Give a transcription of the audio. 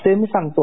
ते मी सांगतो